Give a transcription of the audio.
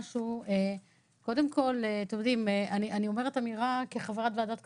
קודם כול, אני אומרת אמירה כחברת ועדת הכספים,